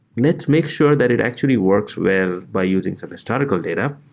let's make sure that it actually works well by using some historical data.